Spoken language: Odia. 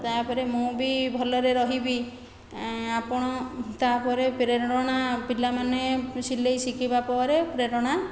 ତା'ପରେ ମୁଁ ବି ଭଲରେ ରହିବି ଆପଣ ତା'ପରେ ପ୍ରେରଣା ପିଲାମାନେ ସିଲେଇ ଶିଖିବା ପରେ ପ୍ରେରଣା